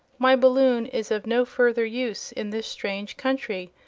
my balloon is of no further use in this strange country,